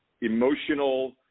emotional